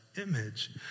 image